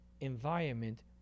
environment